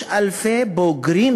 יש אלפי בוגרים,